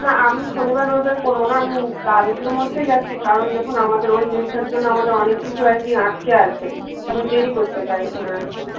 না আমি শনিবার রবিবার করবো না আমি কালকের মধ্যেই যাচ্ছি কারণ দেখুন আমাদের ওই কেসটার জন্য আমাদের অনেক কিছু আর কি আটকে আছে আমি দেরি করতে চাইছি না আর কি